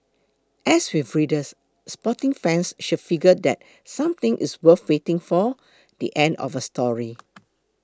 as with readers sporting fans should figure that something it's worth waiting for the end of a story